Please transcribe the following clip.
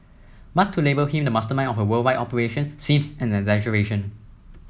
but to label him the mastermind of a worldwide operation seems an exaggeration